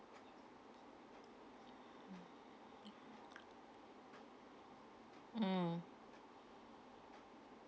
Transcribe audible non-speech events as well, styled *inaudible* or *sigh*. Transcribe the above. *noise* mm